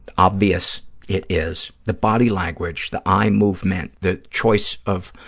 obvious it is, the body language, the eye movement, the choice of